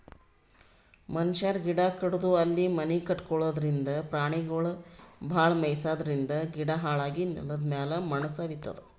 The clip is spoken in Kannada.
ಮನಶ್ಯಾರ್ ಗಿಡ ಕಡದು ಅಲ್ಲಿ ಮನಿ ಕಟಗೊಳದ್ರಿಂದ, ಪ್ರಾಣಿಗೊಳಿಗ್ ಭಾಳ್ ಮೆಯ್ಸಾದ್ರಿನ್ದ ಗಿಡ ಹಾಳಾಗಿ ನೆಲದಮ್ಯಾಲ್ ಮಣ್ಣ್ ಸವಿತದ್